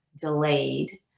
delayed